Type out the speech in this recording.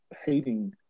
hating